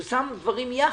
הוא שם דברים יחד.